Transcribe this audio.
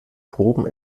proben